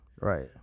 Right